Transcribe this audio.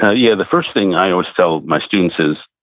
ah yeah, the first thing i always tell my students is,